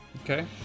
Okay